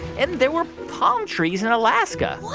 and there were palm trees in alaska what?